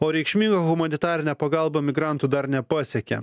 o reikšminga humanitarinė pagalba migrantų dar nepasiekė